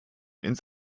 ins